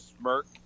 smirk